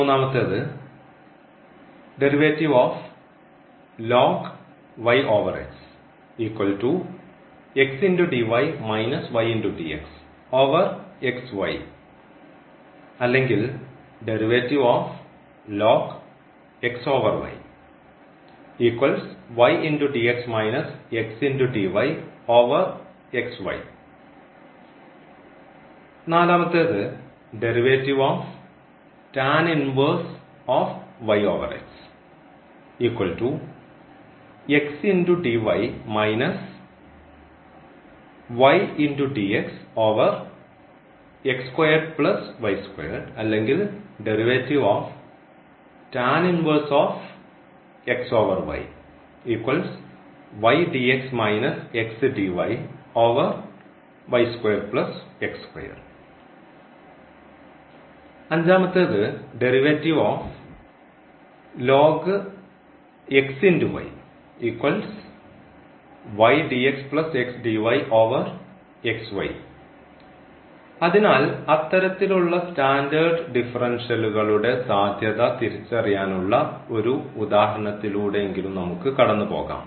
മൂന്നാമത്തേത് അല്ലെങ്കിൽ നാലാമത്തേത് അല്ലെങ്കിൽ അഞ്ചാമത്തേത് അതിനാൽ അത്തരത്തിലുള്ള സ്റ്റാൻഡേർഡ് ഡിഫറൻഷ്യലുകളുടെ സാധ്യത തിരിച്ചറിയാൻ ഉള്ള ഒരു ഉദാഹരണത്തിലൂടെ എങ്കിലും നമുക്ക് കടന്നു പോകാം